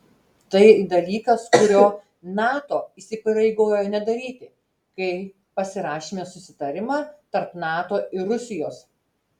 tai dalykas kurio nato įsipareigojo nedaryti kai pasirašėme susitarimą tarp nato ir rusijos